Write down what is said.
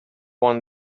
one